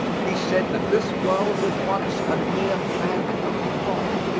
he said that this world was once a mere bank of fog,